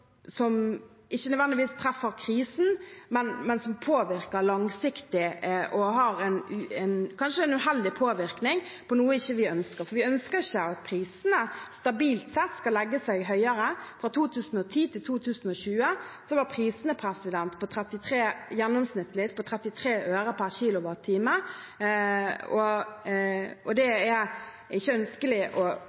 ikke nødvendigvis treffer krisen, men som påvirker langsiktig, og som kanskje har en uheldig påvirkning på noe vi ikke ønsker, for vi ønsker ikke at prisene skal legge seg stabilt høyere. Fra 2010 til 2020 var prisene gjennomsnittlig på 33 øre/kWh, og det er ikke ønskelig å